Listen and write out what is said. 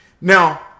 Now